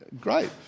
great